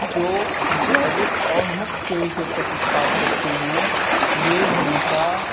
जो जैविक और मुक्त श्रेणी के पशु उत्पाद होते हैं ये हमेशा